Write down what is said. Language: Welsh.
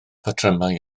patrymau